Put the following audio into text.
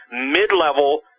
mid-level